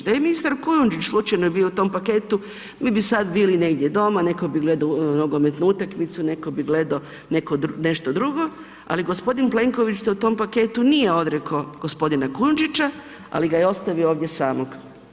Da je i ministar Kujundžić slučajno bio u tom paketu, mi bi sad bili negdje doma, neko bi gledao nogometnu utakmicu, neko bi gledao nešto drugo, ali gospodin Plenković se u tom paketu nije odrekao gospodina Kujundžića, ali ga je ostavio ovdje samog.